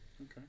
Okay